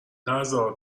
نزار